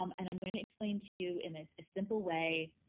um and i'm going to explain to you in this simple way.